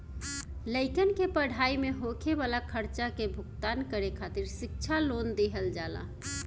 लइकन के पढ़ाई में होखे वाला खर्चा के भुगतान करे खातिर शिक्षा लोन दिहल जाला